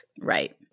right